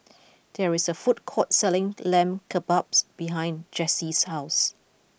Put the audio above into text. there is a food court selling Lamb Kebabs behind Jessye's house